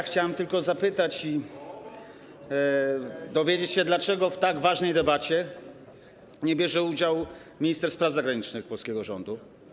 Chciałem tylko zapytać i dowiedzieć się, dlaczego w tak ważnej debacie nie bierze udziału minister spraw zagranicznych polskiego rządu.